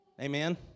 Amen